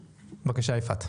בבקשה יפעת.